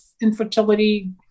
infertility